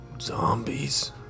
Zombies